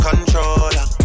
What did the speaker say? Controller